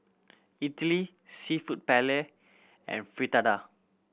Idili Seafood Paella and Fritada